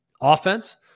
offense